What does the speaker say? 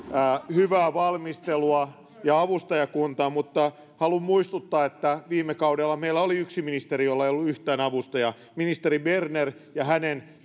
hyvää valmistelua ja avustajakuntaa mutta haluan muistuttaa että viime kaudella meillä oli yksi ministeri jolla ei ollut yhtään avustajaa ministeri berner hänen